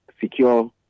secure